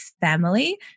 family